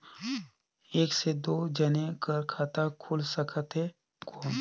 एक से दो जने कर खाता खुल सकथे कौन?